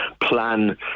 plan